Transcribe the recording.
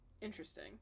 Interesting